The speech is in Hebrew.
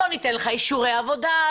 לא ניתן לך אישורי עבודה,